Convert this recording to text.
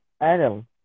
Adam